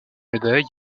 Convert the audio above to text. médailles